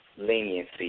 Leniency